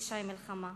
פשעי מלחמה.